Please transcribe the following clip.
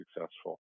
successful